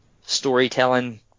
storytelling